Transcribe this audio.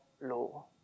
law